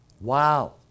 Wow